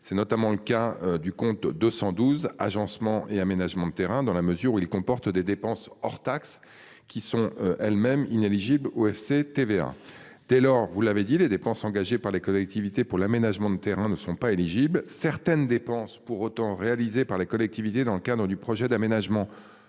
C'est notamment le cas du compte 212 agencement et aménagement de terrain dans la mesure où il comporte des dépenses hors taxes qui sont elles-mêmes inéligible au FCTVA Taylor, vous l'avez dit, les dépenses engagées par les collectivités pour l'aménagement de terrains ne sont pas éligible certaines dépenses pour autant réalisés par les collectivités dans le cadre du projet d'aménagement